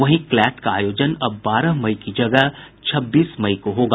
वहीं क्लैट का आयोजन अब बारह मई की जगह छब्बीस मई को होगा